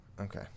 Okay